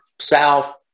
south